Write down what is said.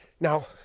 Now